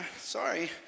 Sorry